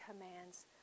commands